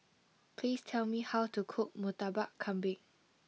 please tell me how to cook Murtabak Kambing